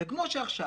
זה כמו שעכשיו